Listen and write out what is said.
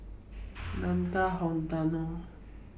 Nathan Hartono